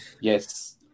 Yes